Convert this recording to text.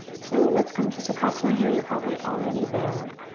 so let's come to sukhasana here. you're probably already there.